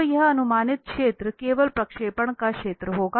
तो यह अनुमानित क्षेत्र केवल प्रक्षेपण का क्षेत्र होगा